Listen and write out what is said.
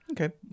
Okay